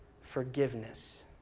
Forgiveness